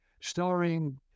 starring